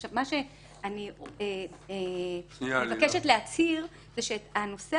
עכשיו מה שאני מבקשת להצהיר הוא שאת הנושא